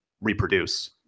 reproduce